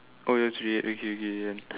oh it's red okay okay then